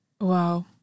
Wow